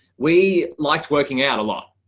we liked working out a lot.